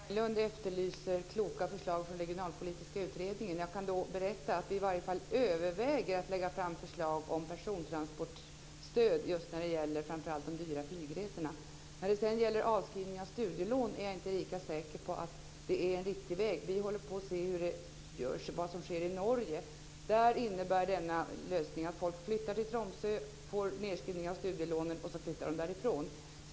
Fru talman! Rune Berglund efterlyser kloka förslag från Regionalpolitiska utredningen. Jag kan berätta att vi överväger att lägga fram förslag om persontransportstöd framför allt när det gäller de dyra flygresorna. När det sedan gäller avskrivning av studielån är jag inte lika säker på att det är en riktig väg. Vi tittar på vad som sker i Norge. Där innebär denna lösning att folk flyttar till Tromsö, får nedskrivning av studielånen och flyttar därifrån.